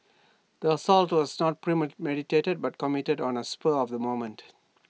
the assault was not premeditated but committed on A spur of the moment